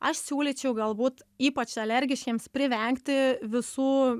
aš siūlyčiau galbūt ypač alergiškiems privengti visų